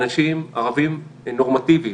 ערבים נורמטיביים,